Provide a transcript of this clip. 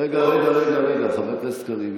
רגע, רגע, רגע, חבר הכנסת קריב.